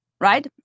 right